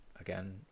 again